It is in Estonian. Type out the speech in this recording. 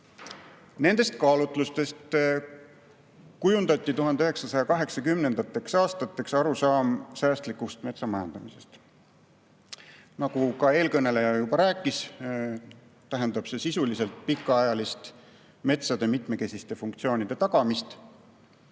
metsi. Nende kaalutluste põhjal kujundati 1980. aastateks arusaam säästlikust metsamajandamisest. Nagu eelkõneleja juba rääkis, tähendab see sisuliselt pikaajalist metsade mitmekesiste funktsioonide tagamist.